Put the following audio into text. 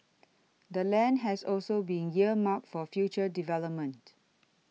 the land has also been earmarked for future development